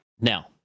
Now